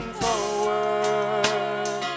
forward